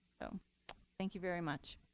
so thank you very much.